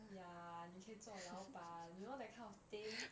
ya 你可以做老板 you know that kind of thing